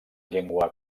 llengua